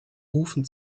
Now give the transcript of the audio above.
rufen